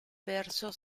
verso